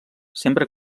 sempre